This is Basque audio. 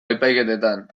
epaiketetan